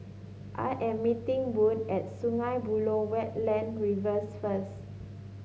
I am meeting Bode at Sungei Buloh Wetland Reserve first